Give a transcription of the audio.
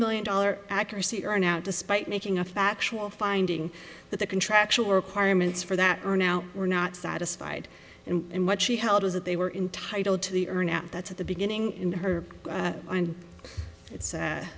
million dollars accuracy are now despite making a factual finding that the contractual requirements for that are now were not satisfied and what she held was that they were entitle to the earn out that's at the beginning in her and it's